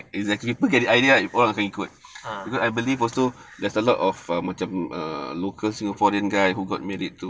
ah